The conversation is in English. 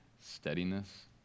steadiness